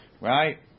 Right